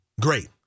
great